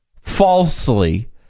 falsely